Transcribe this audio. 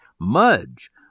Mudge